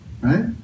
Right